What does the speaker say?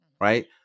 Right